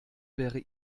wäre